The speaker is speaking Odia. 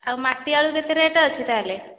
ଆଉ ମାଟି ଆଳୁ କେତେ ରେଟ୍ ଅଛି ତା'ହେଲେ